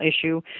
issue